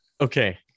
Okay